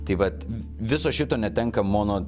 tai vat viso šito netenka mono